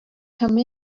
come